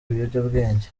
ibiyobyabwenge